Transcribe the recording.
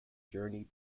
journey